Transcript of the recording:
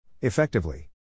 Effectively